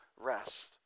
rest